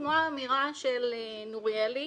כמו האמירה של נוריאלי,